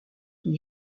qui